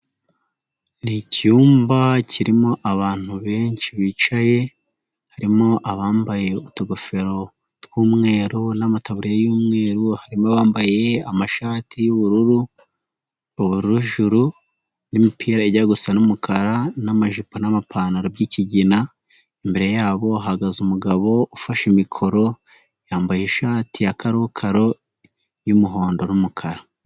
Ni icyumba kirimo abantu benshi bicaye harimo abambaye utugofero tw'umweru n'amataburiya y'umweru harimo abambaye amashati y'ubururu, ubururu juru n'imipira ijya gusa n'umukara n'amajipo n'amapantaro by'ikigina, imbere yabo hahagaze umugabo ufashe mikoro, yambaye ishati ya karokaro y'umuhondo n'umukara.